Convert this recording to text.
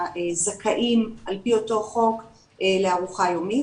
הזכאים על פי אותו חוק לארוחה יומית,